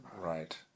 Right